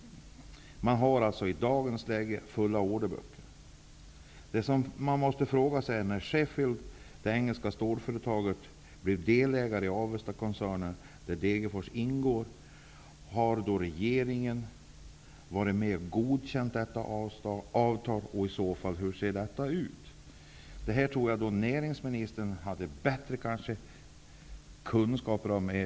Man har alltså i dagens läge fulla orderböcker. Det engelska storföretaget Sheffield har nu blivit delägare i Avestakoncernen, där stålverket i Degerfors ingår. Då måste man fråga sig: Har regeringen varit med och godkänt detta avtal, och hur ser avtalet i så fall ut? Jag tror kanske att näringsministern hade bättre kunskaper om detta.